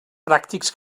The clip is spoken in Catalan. pràctics